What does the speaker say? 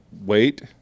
wait